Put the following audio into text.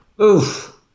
Oof